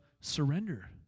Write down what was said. surrender